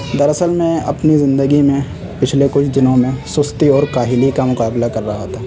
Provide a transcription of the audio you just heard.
دراصل میں اپنی زندگی میں پچھلے کچھ دنوں میں سستی اور کاہلی کا مقابلہ کر رہا تھا